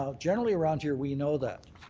ah generally around here we know that.